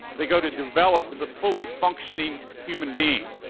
they go to develop the fully functioning human being.